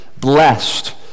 blessed